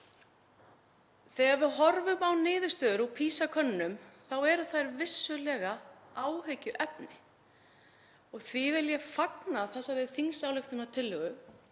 Þegar við horfum á niðurstöður úr PISA-könnunum eru þær vissulega áhyggjuefni. Því vil ég fagna þessari þingsályktunartillögu